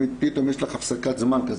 פתאום יש לך הפסקת זמן כזה,